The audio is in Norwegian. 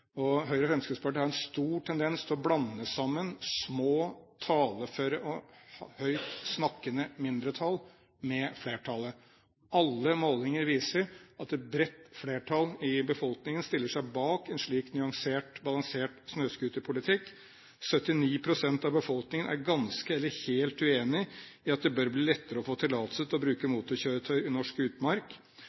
Norge. Høyre og Fremskrittspartiet har en stor tendens til å blande sammen små, taleføre og høytsnakkende mindretall med flertallet. Alle målinger viser at et bredt flertall i befolkningen stiller seg bak en slik nyansert, balansert snøscooterpolitikk. 79 pst. av befolkningen er ganske eller helt uenig i at det bør bli lettere å få tillatelse til å bruke motorkjøretøy i norsk utmark.